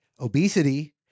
obesity